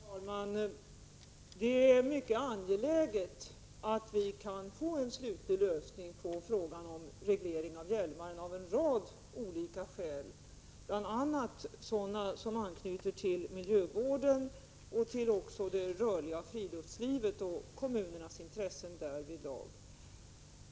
Herr talman! Det är av en rad skäl mycket angeläget att vi kan få en slutlig lösning på frågan om reglering av Hjälmaren, bl.a. sådana som anknyter till miljövården och till det rörliga friluftslivet och kommunernas intressen därvidlag.